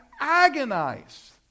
agonize